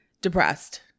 depressed